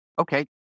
okay